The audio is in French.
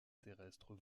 terrestres